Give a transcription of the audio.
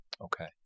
Okay